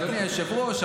אדוני היושב-ראש,